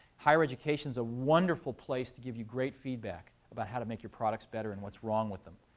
higher education is a wonderful place to give you great feedback about how to make your products better, and what's wrong with them.